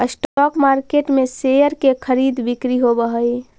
stock market में share के खरीद बिक्री होवऽ हइ